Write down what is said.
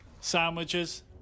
Sandwiches